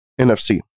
NFC